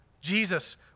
Jesus